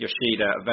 Yoshida